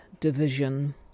division